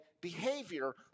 behavior